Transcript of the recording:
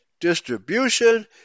distribution